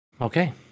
Okay